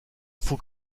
faut